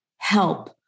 help